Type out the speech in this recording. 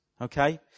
okay